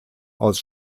aus